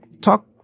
talk